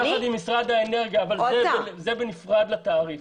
--- יחד עם משרד האנרגיה אבל זה בנפרד מהתעריף.